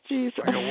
Jesus